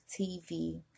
tv